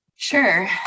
Sure